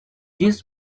this